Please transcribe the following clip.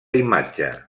imatge